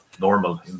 normal